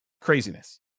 Craziness